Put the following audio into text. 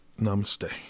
namaste